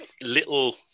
little